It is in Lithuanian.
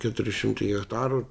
keturi šimtai hektarų